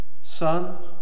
Son